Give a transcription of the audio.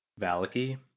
Valaki